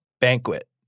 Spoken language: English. banquet